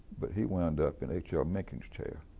but he wound up in h l. mencken's chair